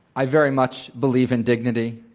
i very much believe in dignity.